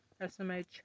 SMH